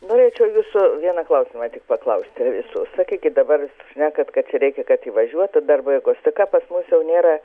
norėčiau jūsų vieną klausimą tik paklausti visų sakykit dabar šnekat kad čia reikia kad įvažiuotų darbo jėgos tai ką pas mus jau nėra